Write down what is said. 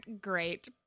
great